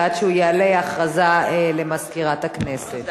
ועד שהוא יעלה, הודעה למזכירת הכנסת.